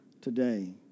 today